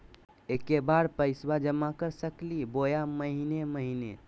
एके बार पैस्बा जमा कर सकली बोया महीने महीने?